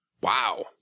Wow